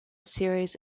series